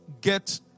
get